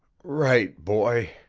right, boy.